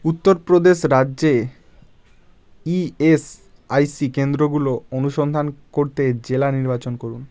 উত্তরপ্রদেশ রাজ্যে ইএসআইসি কেন্দ্রগুলো অনুসন্ধান করতে জেলা নির্বাচন করুন